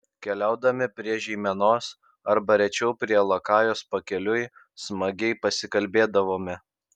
keliaudami prie žeimenos arba rečiau prie lakajos pakeliui smagiai pasikalbėdavome